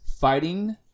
fighting